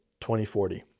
2040